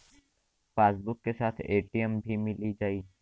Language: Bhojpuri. पासबुक के साथ ए.टी.एम भी मील जाई?